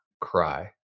cry